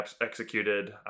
executed